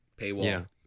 Paywall